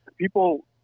People